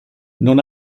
non